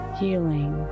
healing